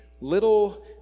little